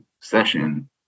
session